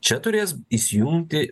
čia turės įsijungti